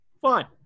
Fine